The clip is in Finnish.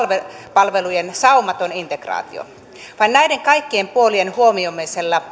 palvelujen saumaton integraatio vain näiden kaikkien puolien huomioimisella